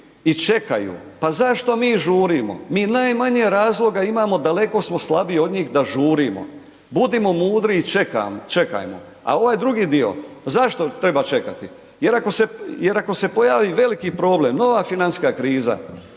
i čekaju, pa zašto mi žurimo? Mi najmanje razloga imamo, daleko smo slabiji od njih da žurimo, budimo mudri i čekajmo. A ovaj drugi dio, zašto treba čekati? Jer ako se pojavi veliki problem nova financijska kriza